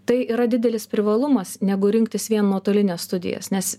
tai yra didelis privalumas negu rinktis vien nuotolines studijas nes